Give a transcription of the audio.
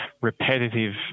repetitive